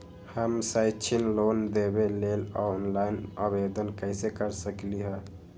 हम शैक्षिक लोन लेबे लेल ऑनलाइन आवेदन कैसे कर सकली ह?